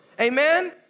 amen